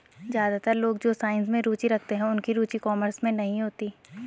ज्यादातर लोग जो साइंस में रुचि रखते हैं उनकी रुचि कॉमर्स में नहीं होती